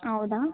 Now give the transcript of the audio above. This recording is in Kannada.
ಹೌದಾ